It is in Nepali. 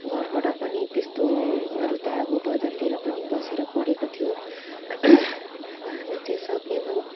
घरबाट पनि त्यस्तोहरू त बजारमातिर पनि बसेर पढेको थियो अब हामी चाहिँ सकेनौँ